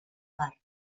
part